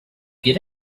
get